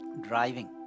driving